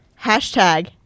Hashtag